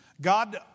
God